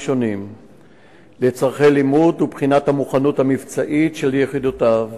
שונים לצורכי לימוד ובחינת המוכנות המבצעית של יחידותיו,